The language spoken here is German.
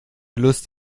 lust